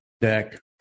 deck